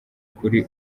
kuri